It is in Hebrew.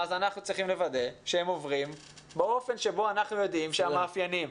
אז אנחנו צריכים לוודא שהם עוברים באופן שבו אנחנו יודעים שהמאפיינים,